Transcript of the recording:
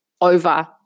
over